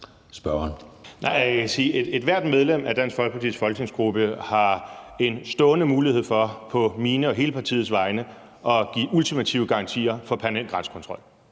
Messerschmidt (DF): Jeg kan sige, at ethvert medlem af Dansk Folkepartis folketingsgruppe har en stående mulighed for på mine og hele partiets vegne at give ultimative garantier for permanent grænsekontrol